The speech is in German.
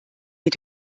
mit